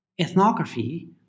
ethnography